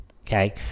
okay